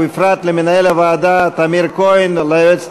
ובפרט למנהל הוועדה טמיר כהן וליועצת